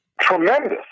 Tremendous